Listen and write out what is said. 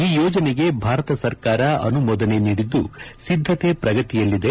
ಈ ಯೋಜನೆಗೆ ಭಾರತ ಸರ್ಕಾರ ಅನುಮೋದನೆ ನೀಡಿದ್ದು ಸಿದ್ದತೆ ಪ್ರಗತಿಯಲ್ಲಿದೆ